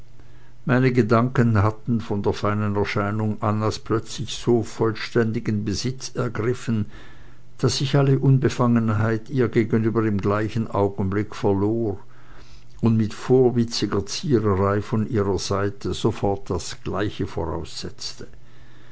meine gedanken hatten von der feinen erscheinung annas plötzlich so vollständigen besitz ergriffen daß ich alle unbefangenheit ihr gegenüber im gleichen augenblicke verlor und mit vorwitziger ziererei von ihrer seite sofort das gleiche voraussetzte